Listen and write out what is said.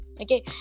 okay